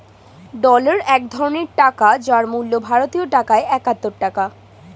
dollar এক ধরনের টাকা যার মূল্য ভারতীয় টাকায় একাত্তর টাকা